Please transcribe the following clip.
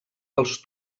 pels